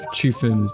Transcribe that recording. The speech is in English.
Chiefin